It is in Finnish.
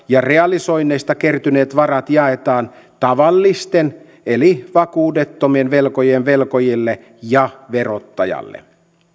ja realisoinneista kertyneet varat jaetaan tavallisten eli vakuudettomien velkojen velkojille ja verottajalle